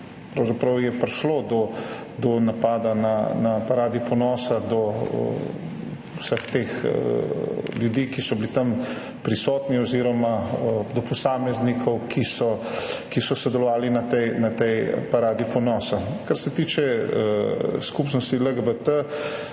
pravzaprav prišlo do napada na Paradi ponosa do vseh teh ljudi, ki so bili tam prisotni oziroma do posameznikov, ki so sodelovali na tej paradi ponosa. Kar se tiče skupnosti LGBT,